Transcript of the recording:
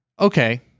Okay